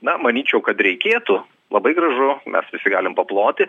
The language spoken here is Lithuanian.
na manyčiau kad reikėtų labai gražu mes visi galim paploti